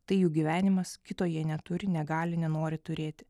tai jų gyvenimas kito jie neturi negali nenori turėti